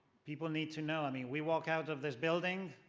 people need to know. i mean, we walk out of this building,